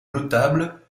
notable